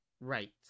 Right